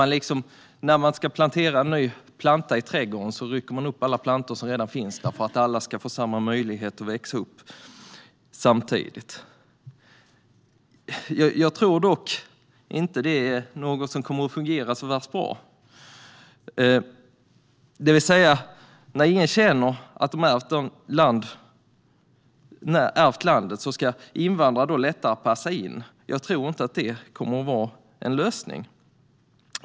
När man planterar en ny planta i trädgården rycker man upp alla plantor som redan finns där för att alla ska få samma möjlighet att växa upp samtidigt. Man tänker att när ingen känner att de har ärvt landet så ska invandrare lättare passa in. Jag tror inte att det kommer att fungera särskilt bra. Det är ingen lösning.